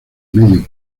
medio